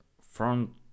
front